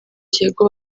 diego